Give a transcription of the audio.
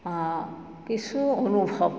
কিছু অনুভৱ